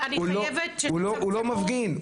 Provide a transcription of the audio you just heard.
הוא לא מפגין,